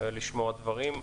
לשמוע דברים.